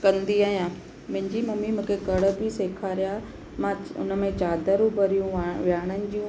कंदी आहियां मुंहिंजी मम्मी मूंखे कढ़ बि सेखारिया मां उन में चादरूं भरियूं विया विहाणनि जूं